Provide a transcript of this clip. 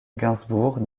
gainsbourg